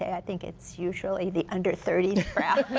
i think it's usually the under thirty crowd.